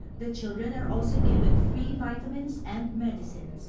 the children are also given free vitamins and medicine.